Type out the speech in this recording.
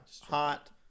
Hot